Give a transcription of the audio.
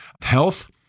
health